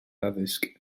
addysg